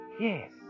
Yes